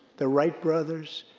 the wright brothers,